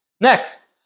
Next